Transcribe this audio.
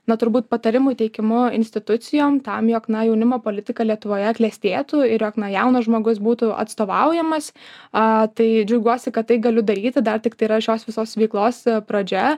na turbūt patarimų teikimu institucijom tam jog na jaunimo politika lietuvoje klestėtų ir jog na jaunas žmogus būtų atstovaujamas a tai džiaugiuosi kad tai galiu daryti dar tiktai yra šios visos veiklos pradžia